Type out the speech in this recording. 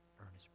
Earnest